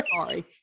sorry